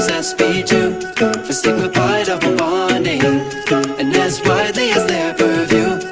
s p two for sigma pi double bonding and as widely as their purview